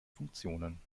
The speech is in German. funktionen